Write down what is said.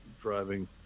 driving